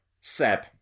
Seb